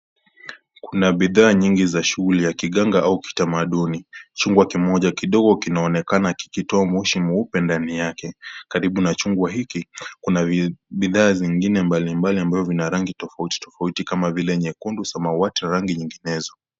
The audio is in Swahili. Kuna bidhaa nyingi za shughuli ya kiganga au kitamaduni. Chungwa kimoja kidogo kinaonekana kikitoamoshi mweupe ndani yake. Karibu na chungwa hiki, kuna bidhaa zingine mbalimbali ambavyo vina rangi tofauti tofauti kama vile nyekundu, samawati na rangi nyinginezo.